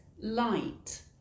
light